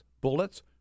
bullets